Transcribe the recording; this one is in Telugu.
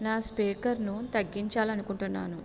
నా స్పీకర్ను తగ్గించాలనుకుంటున్నాను